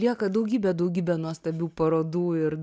lieka daugybė daugybė nuostabių parodų ir